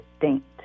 distinct